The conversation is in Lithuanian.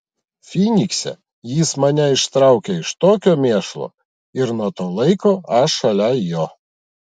fynikse jis mane ištraukė iš tokio mėšlo ir nuo to laiko aš šalia jo